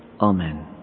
Amen